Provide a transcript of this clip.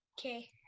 Okay